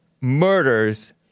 murders